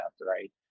right